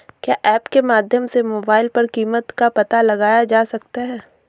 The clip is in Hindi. क्या ऐप के माध्यम से मोबाइल पर कीमत का पता लगाया जा सकता है?